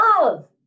love